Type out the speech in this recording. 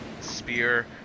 spear